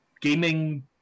gaming